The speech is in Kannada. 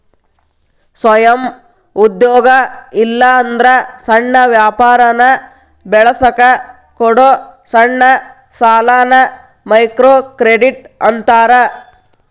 ಸ್ವಯಂ ಉದ್ಯೋಗ ಇಲ್ಲಾಂದ್ರ ಸಣ್ಣ ವ್ಯಾಪಾರನ ಬೆಳಸಕ ಕೊಡೊ ಸಣ್ಣ ಸಾಲಾನ ಮೈಕ್ರೋಕ್ರೆಡಿಟ್ ಅಂತಾರ